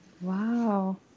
Wow